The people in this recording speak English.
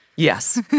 Yes